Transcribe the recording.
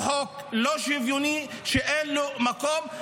הוא חוק לא שוויוני, שאין לו מקום.